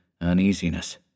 uneasiness